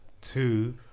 Two